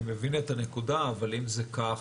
אני מבין את הנקודה אבל אם זה כך,